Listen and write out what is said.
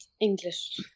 English